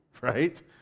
right